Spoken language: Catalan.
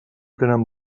tenen